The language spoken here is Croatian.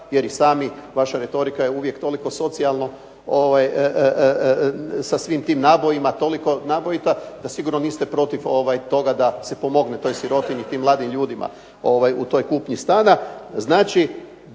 jer i sami, vaša retorika je uvijek toliko socijalno sa svim tim nabojima toliko nabojita da sigurno niste protiv toga da se pomogne toj sirotinji, tim mladim ljudima u toj kupnji stana.